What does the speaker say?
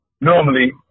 normally